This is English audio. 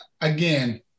Again